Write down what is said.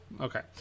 Okay